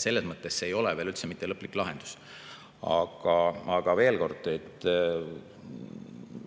Selles mõttes ei ole see veel üldse mitte lõplik lahendus. Aga veel kord: